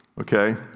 okay